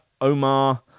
Omar